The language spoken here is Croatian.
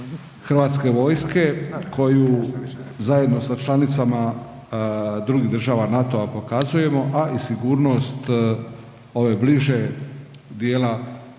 HV-a koju zajedno sa članicama drugih država NATO-a pokazujemo, a i sigurnost ove bliže dijela